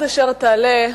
עד אשר תעלה,